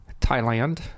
Thailand